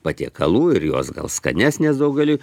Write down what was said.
patiekalų ir jos gal skanesnės daugeliui